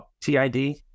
TID